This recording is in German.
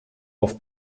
auf